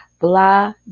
Blah